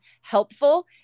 helpful